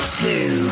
two